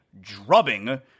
drubbing